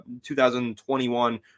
2021